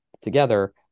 together